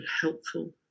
helpful